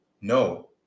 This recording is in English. No